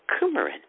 coumarin